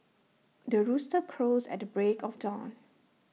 the rooster crows at the break of dawn